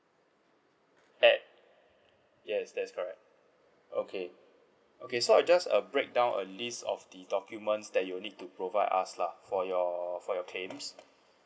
at yes that's correct okay okay so I just uh breakdown a list of the documents that you need to provide us lah for your for your claims